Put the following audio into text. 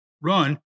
run